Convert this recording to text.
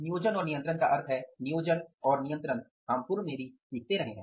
नियोजन और नियंत्रण का अर्थ है नियोजन और नियंत्रण हम पूर्व में भी सीखते रहे हैं